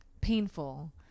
painful